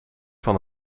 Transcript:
van